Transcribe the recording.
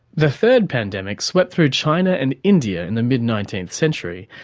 the third pandemic swept through china and india in the mid nineteenth century,